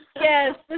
Yes